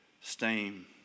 steam